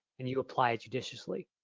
and you apply it judiciously.